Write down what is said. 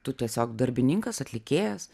tu tiesiog darbininkas atlikėjas